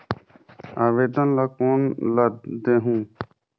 आवेदन ला कोन ला देहुं?